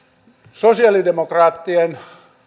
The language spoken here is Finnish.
sosialidemokraattien